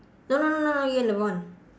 no no no no you and lebron